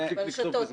ברשתות.